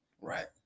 right